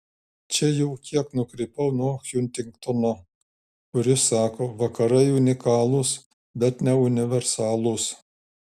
čia jau kiek nukrypau nuo huntingtono kuris sako vakarai unikalūs bet ne universalūs